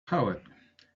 poet